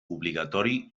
obligatori